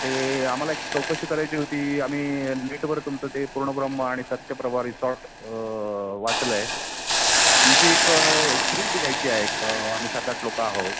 ते आम्हाला एक चौकशी करायची होती आम्ही नेटवर तुमचं ते पूर्णब्रम्ह आणि सत्यप्रभा रिसॉर्ट वाचलं आहे आमची एक ट्रीप यायची आहे आम्ही सात आठ लोकं आहोत